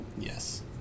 yes